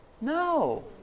No